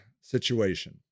situation